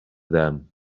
them